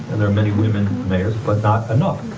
and there are many women mayors but not enough.